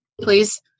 please